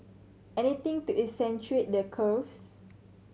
anything to accentuate the curves